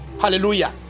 Hallelujah